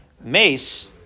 mace